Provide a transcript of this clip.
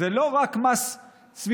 שזה לא רק מס סביבתי,